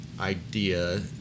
idea